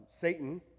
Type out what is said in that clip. Satan